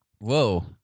Whoa